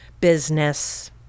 business